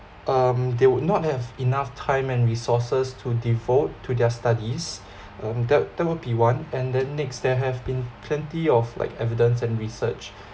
um they will not have enough time and resources to devote to their studies um that that will be one and then next there have been plenty of like evidence and research